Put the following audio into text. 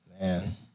Man